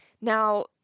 Now